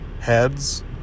heads